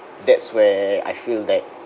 that's where I feel that